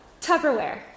Tupperware